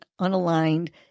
unaligned